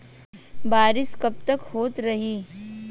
बरिस कबतक होते रही?